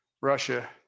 Russia